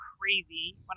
crazy